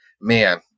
man